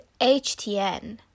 HTN